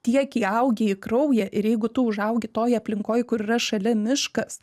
tiek įaugę į kraują ir jeigu tu užaugi toj aplinkoj kur yra šalia miškas